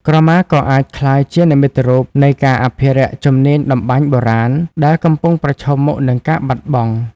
ក្រមាក៏អាចក្លាយជានិមិត្តរូបនៃការអភិរក្សជំនាញតម្បាញបុរាណ ដែលកំពុងប្រឈមមុខនឹងការបាត់បង់។